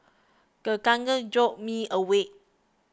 the thunder jolt me awake